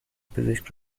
پزشک